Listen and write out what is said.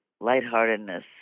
lightheartedness